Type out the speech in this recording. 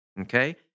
Okay